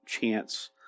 chance